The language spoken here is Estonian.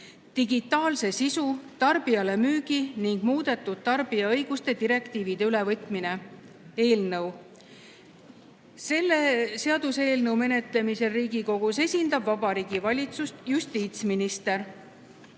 (digitaalse sisu, tarbijalemüügi ning muudetud tarbija õiguste direktiivide ülevõtmine) eelnõu. Selle seaduseelnõu menetlemisel Riigikogus esindab Vabariigi Valitsust justiitsminister.